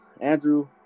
Andrew